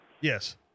Yes